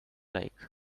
like